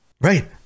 right